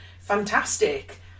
fantastic